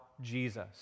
Jesus